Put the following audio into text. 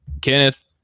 Kenneth